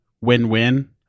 win-win